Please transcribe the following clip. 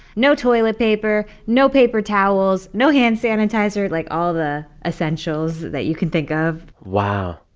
no toilet paper, no paper towels, no hand sanitizer like, all the essentials that you can think of wow.